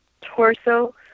torso